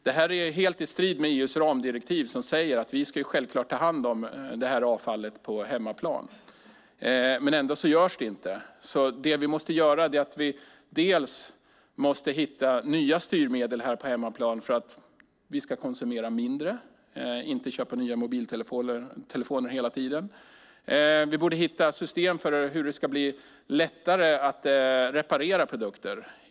Det här är helt i strid med EU:s ramdirektiv som säger att vi självklart ska ta hand om avfallet på hemmaplan. Ändå görs inte det. Därför måste vi här på hemmaplan hitta nya styrmedel för att vi ska konsumera mindre, inte hela tiden köpa nya mobiltelefoner. Vi borde också hitta system för hur det kan bli lättare att reparera produkter.